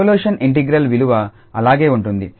convolution integral విలువ అలాగే ఉంటుంది